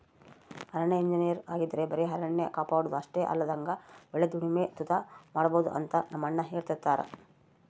ಅರಣ್ಯ ಇಂಜಿನಯರ್ ಆಗಿದ್ರ ಬರೆ ಅರಣ್ಯ ಕಾಪಾಡೋದು ಅಷ್ಟೆ ಅಲ್ದಂಗ ಒಳ್ಳೆ ದುಡಿಮೆ ಸುತ ಮಾಡ್ಬೋದು ಅಂತ ನಮ್ಮಣ್ಣ ಹೆಳ್ತಿರ್ತರ